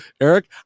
eric